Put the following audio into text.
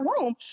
room